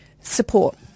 support